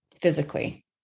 physically